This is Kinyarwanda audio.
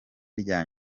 rya